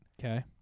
Okay